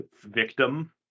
Victim